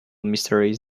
mysteries